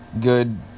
good